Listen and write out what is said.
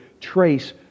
trace